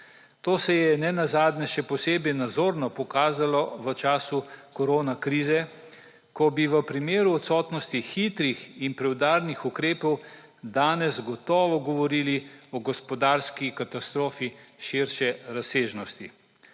To se je nenazadnje še posebej nazorno pokazalo v času koronakrize, ko bi v primeru odsotnosti hitrih in preudarnih ukrepov danes gotovo govorili o gospodarski katastrofi širše razsežnosti.